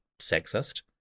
sexist